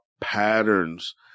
patterns